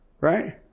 right